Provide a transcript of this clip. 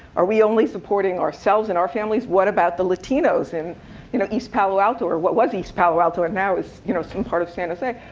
are we only supporting ourselves and our families? what about the latinos in you know east palo alto, or what was east palo alto and now is you know some part of san jose.